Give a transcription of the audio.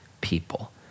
people